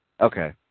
Okay